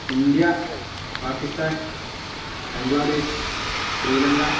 India Pakistan Bangladesh Sri Lanka